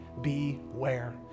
beware